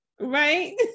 right